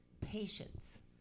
Patience